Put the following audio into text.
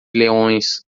leões